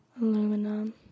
Aluminum